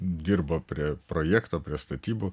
dirbo prie projekto prie statybų